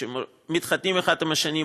מתחתנים אחד עם השני,